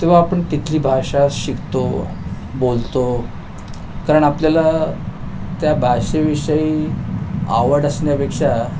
तेव्हा आपण तिथली भाषा शिकतो बोलतो कारण आपल्याला त्या भाषेविषयी आवड असण्यापेक्षा